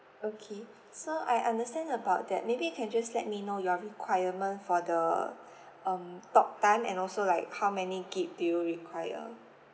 okay so I understand about that maybe you can just let me know your requirement for the um talktime and also like how many gig do you require